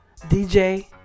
DJ